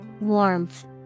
Warmth